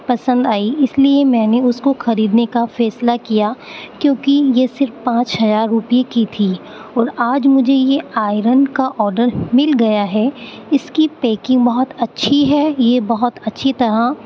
پسند آئی اس لیے میں نے اس کو خریدنے کا فیصلہ کیا کیونکہ یہ صرف پانچ ہزار روپئے کی تھی اور آج مجھے یہ آئرن کا آڈر مل گیا ہے اس کی پیکنگ بہت اچھی ہے یہ بہت اچھی طرح